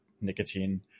nicotine